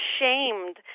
ashamed